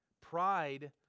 Pride